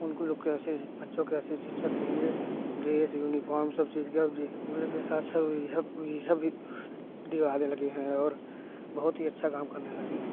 उनके लोग को अस्सी बच्चों के अच्छी शिक्षा के लिए ड्रेस यूनिफार्म सब चीज़ अब जी उलने के साथ साथ यह सब यह सब भी दिवाले लगे हैं और बहुत ही अच्छा काम करने लगे हैं